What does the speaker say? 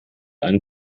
einen